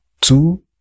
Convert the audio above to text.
two